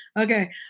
okay